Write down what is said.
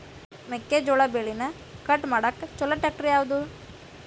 ಮೆಕ್ಕೆ ಜೋಳ ಬೆಳಿನ ಕಟ್ ಮಾಡಾಕ್ ಛಲೋ ಟ್ರ್ಯಾಕ್ಟರ್ ಯಾವ್ದು?